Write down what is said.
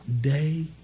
day